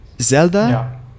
Zelda